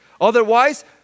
Otherwise